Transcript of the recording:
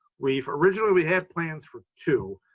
we've originally had plans for two,